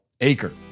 Acre